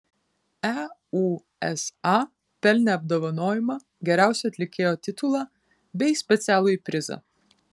eusa pelnė apdovanojimą geriausio atlikėjo titulą bei specialųjį prizą